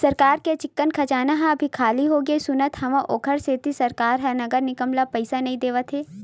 सरकार के चिक्कन खजाना ह अभी खाली होगे सुनत हँव, ओखरे सेती सरकार ह नगर निगम ल पइसा नइ देवत हे